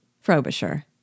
Frobisher